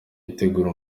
itegura